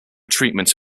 treatment